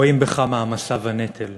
רואים בך מעמסה ונטל.